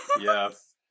Yes